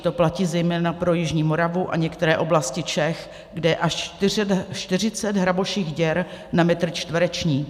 To platí zejména pro jižní Moravu a některé oblasti Čech, kde je až 40 hraboších děr na metr čtvereční.